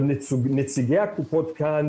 נציגי הקופות כאן,